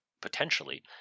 potentially